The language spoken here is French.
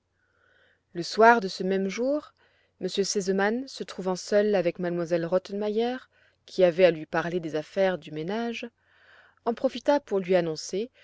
le soir de ce même jour m r sesemann se trouvant seul avec m elle rottenmeier qui avait à lui parler des affaires du ménage en profita pour lui annoncer